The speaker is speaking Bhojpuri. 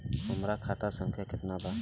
हमार खाता संख्या केतना बा?